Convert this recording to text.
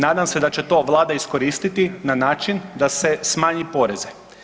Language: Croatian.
Nadam se da će to Vlada iskoristiti na način da se smanji poreze.